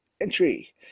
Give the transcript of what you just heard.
entry